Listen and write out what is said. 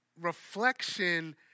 reflection